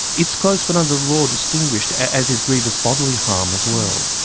it's close, but under the law distinguished as is grievous bodily harm as well,